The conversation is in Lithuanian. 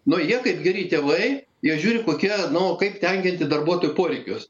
nu jie kaip geri tėvai jie žiūri kokie nu kaip tenkinti darbuotojų poreikius